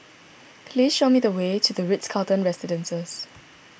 please show me the way to the Ritz Carlton Residences